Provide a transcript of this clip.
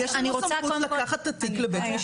יש לנו סמכות לקחת את התיק לבית משפט.